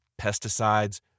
pesticides